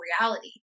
reality